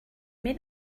mean